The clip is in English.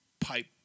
pipe